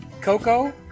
Coco